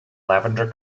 lavender